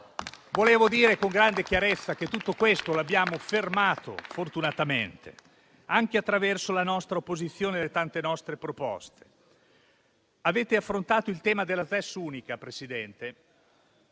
Vorrei dire con grande chiarezza che tutto questo fortunatamente l'abbiamo fermato, anche attraverso la nostra opposizione e le tante nostre proposte. Avete affrontato il tema della ZES unica, Presidente,